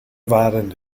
waren